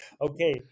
okay